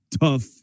tough